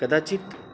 कदाचित्